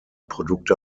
produkte